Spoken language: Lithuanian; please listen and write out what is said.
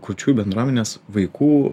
kurčiųjų bendruomenės vaikų